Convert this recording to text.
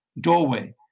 doorway